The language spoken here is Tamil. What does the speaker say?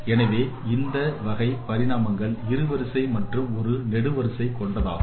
எனவே இந்த வகை பரிணாமங்கள் இரு வரிசை மற்றும் ஒரு நெடுவரிசை கொண்டதாகும்